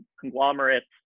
conglomerates